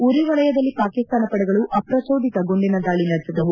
ಉರಿ ವಲಯದಲ್ಲಿ ಪಾಕಿಸ್ತಾನ ಪಡೆಗಳು ಅಪ್ರಚೋದಿತ ಗುಂಡಿನ ದಾಳಿ ನಡೆಸಿದವು